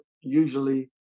usually